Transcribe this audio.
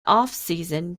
offseason